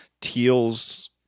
Teals